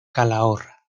calahorra